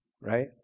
right